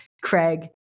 Craig